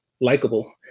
likable